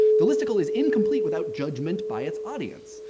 the listicle is incomplete without judgement by its audience.